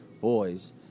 boys